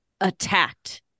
attacked